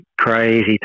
crazy